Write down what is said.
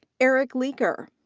eric leeker.